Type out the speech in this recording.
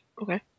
Okay